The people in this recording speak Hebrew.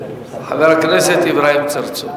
חבר הכנסת אברהים צרצור.